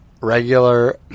regular